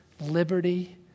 liberty